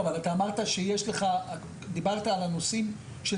אבל אתה דיברת על הנושאים של